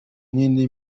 n’indi